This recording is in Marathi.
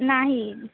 नाही